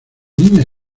niña